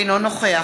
אינו נוכח